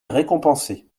récompensés